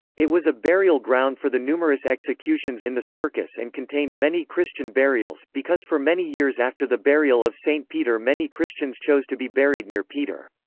it was a burial ground for the numerous executions in the circus and contained many christian burials, because for many years after the burial of saint peter many christians chose to be buried near peter.